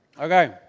Okay